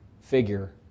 figure